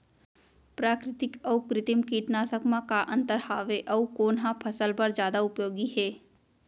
प्राकृतिक अऊ कृत्रिम कीटनाशक मा का अन्तर हावे अऊ कोन ह फसल बर जादा उपयोगी हे?